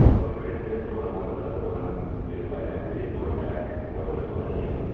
well, the korean peninsula was one unified entity, going back more than a millennium.